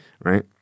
Right